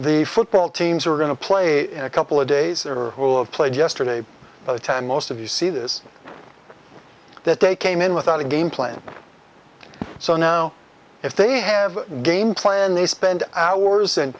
the football teams are going to play in a couple of days or all of played yesterday by the time most of you see this that they came in without a game plan so now if they have game plan they spend hours and